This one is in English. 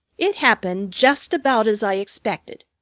it happened just about as i expected.